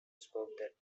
spoke